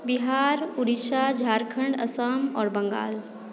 बिहार उड़ीसा झारखण्ड असाम आओर बंगाल